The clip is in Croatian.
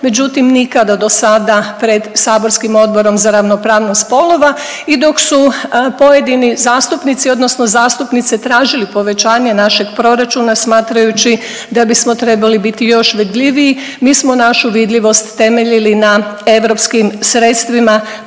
međutim nikada dosada pred saborskim Odborom za ravnopravnost spolova i dok su pojedini zastupnici odnosno zastupnice tražili povećanje našeg proračuna smatrajući da bismo trebali biti još vidljiviji, mi smo našu vidljivost temeljili na europskim sredstvima